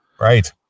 Right